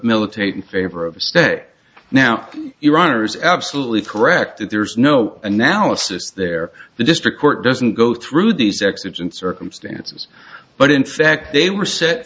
militate in favor of stay now iran are is absolutely correct that there's no analysis there the district court doesn't go through these exigent circumstances but in fact they were set